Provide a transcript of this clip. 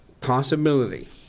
possibility